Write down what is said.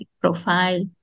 profile